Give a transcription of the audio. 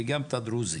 וגם את הדרוזי.